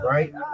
Right